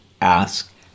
ask